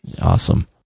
Awesome